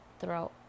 throughout